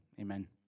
Amen